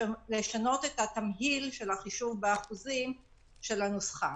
לשנות את תמהיל של החישוב באחוזים של הנוסחה.